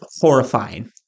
horrifying